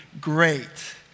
great